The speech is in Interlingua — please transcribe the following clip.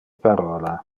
parola